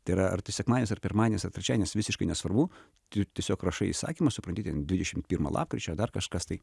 tai yra ar tai sekmadienis ar pirmadienis ar trečiadienis visiškai nesvarbu tu tiesiog rašai įsakymą supranti ten dvidešimt pirma lapkričio dar kažkas tai